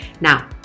Now